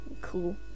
cool